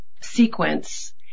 sequence